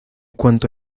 cuanto